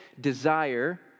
desire